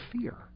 fear